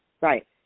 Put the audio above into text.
right